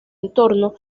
entorno